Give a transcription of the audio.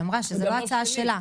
זה גם לא שלי.